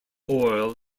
oil